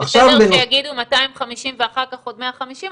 זה בסדר שיגידו 250 ואחר כך עוד 150,